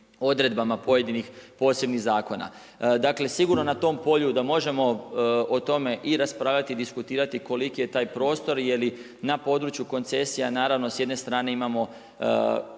odredbama pojedinih posebnih zakona. Dakle, sigurno na tom polju da možemo o tome i raspravljati i diskutirati koliki je taj prostor, je li na području koncesija naravno sa jedne strane imamo